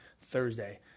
Thursday